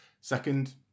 second